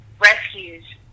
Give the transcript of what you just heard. rescues